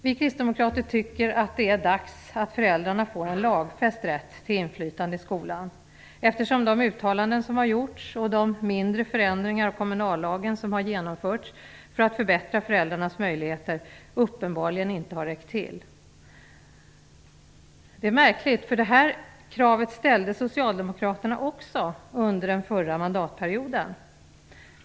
Vi kristdemokrater tycker att det är dags att föräldrarna får en lagfäst rätt till inflytande i skolan, eftersom de uttalanden som har gjorts och de mindre förändringar av kommunallagen som har genomförts för att förbättra föräldrarnas möjligheter uppenbarligen inte har räckt till. Det är märkligt, för det här kravet ställde socialdemokraterna också under den förra mandatperioden.